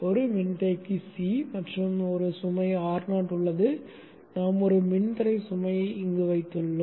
ஒரு மின்தேக்கி C மற்றும் ஒரு சுமை Ro உள்ளது நாம் ஒரு மின்தடை சுமையை வைத்துள்ளோம்